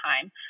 time